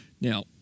Now